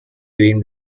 doing